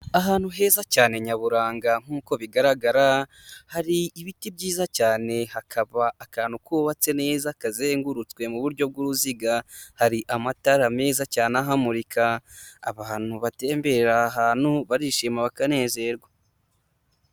Ahantu heza cyane nyaburanga nk'uko bigaragara, hari ibiti byiza cyane, hakaba akantu kubatse neza kazengurutswe mu buryo bw'uruziga, hari amatara meza cyane ahamurika abantu batemberera aha hantu barishima bakanezerwa.